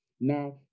Now